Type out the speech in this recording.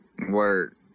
Word